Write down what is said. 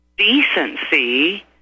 decency